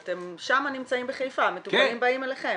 אתם שם נמצאים בחיפה, מטופלים באים אליכם.